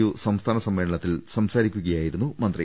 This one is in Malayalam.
യു സംസ്ഥാന സമ്മേളനത്തിൽ സംസാരിക്കുകയായിരുന്നു മന്ത്രി